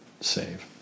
save